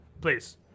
please